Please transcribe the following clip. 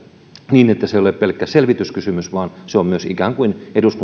niin että se ei ole pelkkä selvityskysymys vaan että eduskunta myös ikään kuin